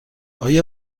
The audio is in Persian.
آیا